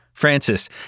Francis